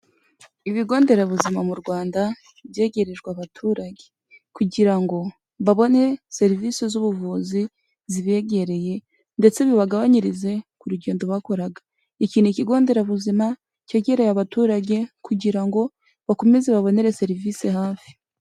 Ibigo nderabuzima mu Rwanda byegerejwe abaturage kugira ngo babone serivisi z'ubuvuzi zibegereye ndetse bibagabanyirize ku rugendo bakoraga. Iki ni ikigo nderabuzima cyegereye abaturage kugira ngo bakomeze babonere serivisi hafi.